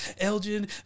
Elgin